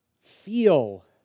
feel